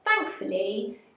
thankfully